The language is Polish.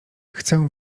chcę